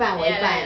ya ya ya